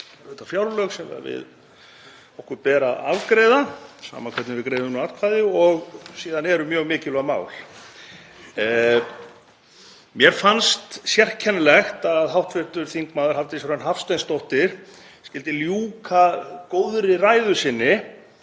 auðvitað fjárlög sem okkur ber að afgreiða, sama hvernig við greiðum nú atkvæði, og síðan eru mjög mikilvæg mál. Mér fannst sérkennilegt að hv. þm. Hafdís Hrönn Hafsteinsdóttir skyldi ljúka góðri ræðu sinni